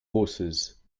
horses